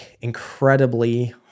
incredibly